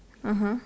(uh huh)